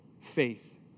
Faith